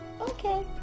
okay